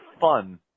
fun